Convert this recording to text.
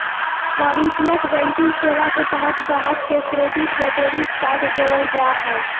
वाणिज्यिक बैंकिंग सेवा के तहत गाहक़ के क्रेडिट या डेबिट कार्ड देबल जा हय